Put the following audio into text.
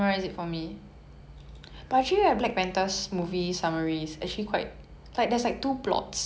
ya exactly so it's very hard~ ya okay